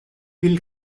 will